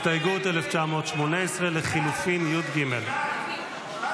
הסתייגות 1918 לחלופין יג לא